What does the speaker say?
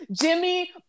Jimmy